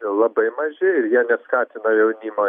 labai maži ir jie neskatina jaunimo